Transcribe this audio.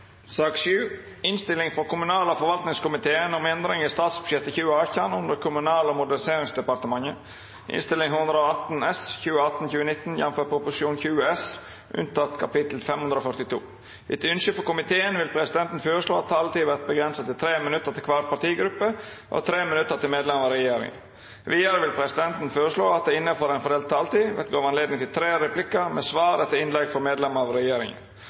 sak nr. 6. Etter ynske frå komiteen vil presidenten føreslå at taletida vert avgrensa til 3 minutt til kvar partigruppe og 3 minutt til medlemer av regjeringa. Vidare vil presidenten føreslå at det – innanfor den fordelte taletida – vert gjeve anledning til tre replikkar med svar etter innlegg frå medlemer av regjeringa,